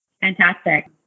Fantastic